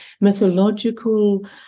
mythological